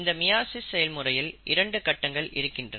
இந்த மியாசிஸ் செயல்முறையில் இரண்டு கட்டங்கள் இருக்கின்றன